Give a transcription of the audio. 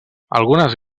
algunes